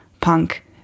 punk